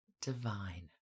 divine